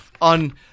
on